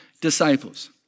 disciples